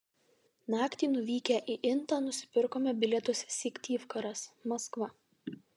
naktį nuvykę į intą nusipirkome bilietus syktyvkaras maskva